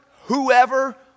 whoever